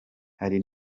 hari